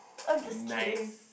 I'm just kidding